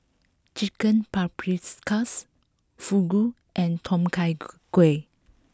Chicken Paprikas Fugu and Tom Kha Gai